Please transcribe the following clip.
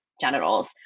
genitals